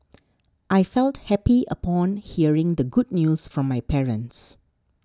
I felt happy upon hearing the good news from my parents